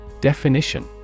Definition